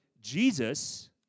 Jesus